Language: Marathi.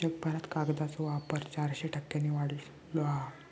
जगभरात कागदाचो वापर चारशे टक्क्यांनी वाढलो हा